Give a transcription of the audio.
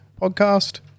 podcast